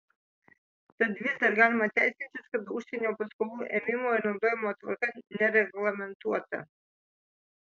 tad vis dar galima teisintis kad užsienio paskolų ėmimo ir naudojimo tvarka nereglamentuota